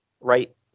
right